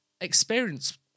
experience